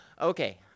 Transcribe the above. Okay